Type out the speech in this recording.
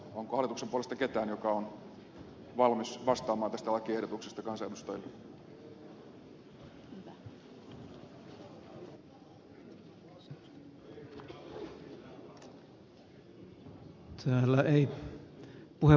onko hallituksen puolesta ketään joka on valmis vastaamaan tästä lakiehdotuksesta kansanedustajille